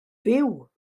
fyw